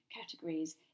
categories